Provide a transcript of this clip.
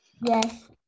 Yes